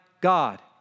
God